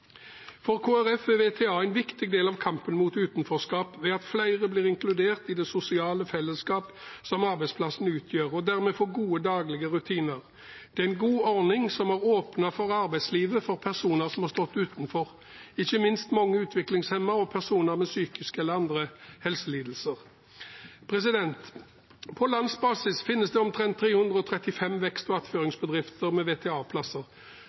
For Kristelig Folkeparti er VTA en viktig del av kampen mot utenforskap, ved at flere blir inkludert i det sosiale fellesskap som arbeidsplassen utgjør, og dermed får gode daglige rutiner. Det er en god ordning som har åpnet arbeidslivet for personer som har stått utenfor, ikke minst mange utviklingshemmede og personer med psykiske eller andre helselidelser. På landsbasis finnes det omtrent 335 vekst- og attføringsbedrifter med